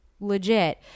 legit